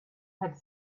had